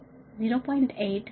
8